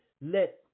let